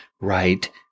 right